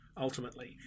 ultimately